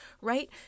right